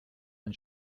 ein